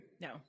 No